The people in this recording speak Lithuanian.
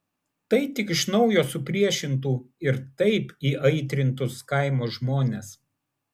tai tik iš naujo supriešintų ir taip įaitrintus kaimo žmones